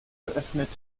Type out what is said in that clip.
geöffnet